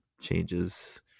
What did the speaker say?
changes